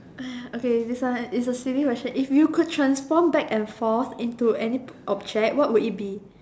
okay this one is a silly question if you could transform back and forth into any object what would it be